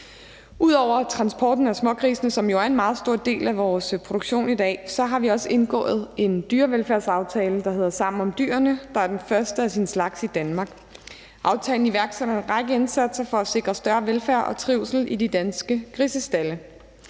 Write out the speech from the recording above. af transporten af smågrisene, som jo er en meget stor del af vores produktion i dag, har vi også indgået en dyrevelfærdsaftale, der hedder » Sammen om Dyrene«, som er den første af sin slags i Danmark. Aftalen iværksætter en række indsatser for at sikre større velfærd og trivsel i de danske grisestalde.